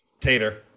Tater